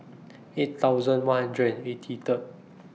eight thousand one hundred and eighty Third